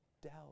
doubt